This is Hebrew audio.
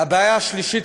והבעיה השלישית,